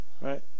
Right